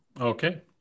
Okay